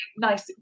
nice